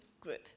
group